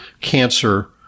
cancer